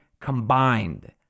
combined